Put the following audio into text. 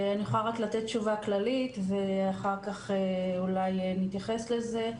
אני יכולה רק לתת תשובה כללית ואחר כך אולי נתייחס לזה.